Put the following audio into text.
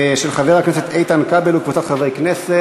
של חבר הכנסת איתן כבל וקבוצת חברי כנסת.